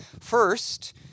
First